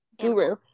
guru